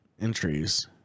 entries